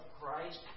Christ